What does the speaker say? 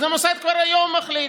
אז המוסד כבר היום מחליט.